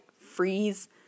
freeze